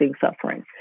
suffering